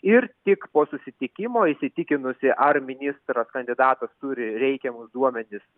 ir tik po susitikimo įsitikinusi ar ministro kandidatas turi reikiamus duomenis